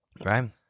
Right